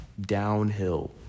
downhill